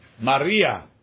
maria